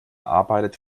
arbeitet